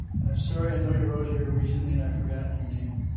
and i'm sorry, i know you were out here recently, and i've forgotten your name.